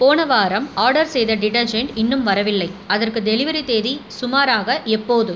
போன வாரம் ஆர்டர் செய்த டிடர்ஜெண்ட் இன்னும் வரவில்லை அதற்கு டெலிவரி தேதி சுமாராக எப்போது